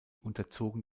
unterzogen